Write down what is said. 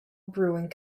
brewing